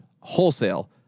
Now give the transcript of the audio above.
wholesale